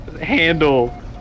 handle